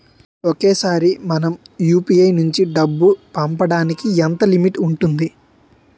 ఒకేసారి మనం యు.పి.ఐ నుంచి డబ్బు పంపడానికి ఎంత లిమిట్ ఉంటుంది?